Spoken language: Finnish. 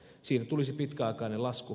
siitä tulisi pitkäaikainen lasku